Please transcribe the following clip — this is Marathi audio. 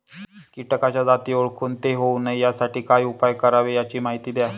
किटकाच्या जाती ओळखून ते होऊ नये यासाठी काय उपाय करावे याची माहिती द्या